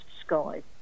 sky